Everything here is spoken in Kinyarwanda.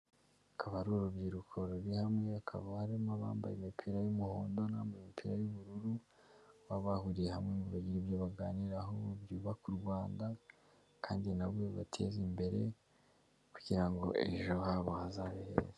Akaba ari urubyiruko ruri hamwe, hakaba harimo abambaye imipira y'umuhondo n'ambaye imipira y'ubururu, baba bahuriye hamwe ngo bagira ibyo baganiraho byubaka u Rwanda kandi na bo bibateza imbere kugira ngo ejo habo hazabe heza.